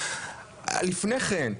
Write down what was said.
לפני כן,